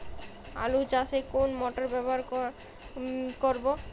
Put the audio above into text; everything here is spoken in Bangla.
আলু চাষে কোন মোটর ব্যবহার করব?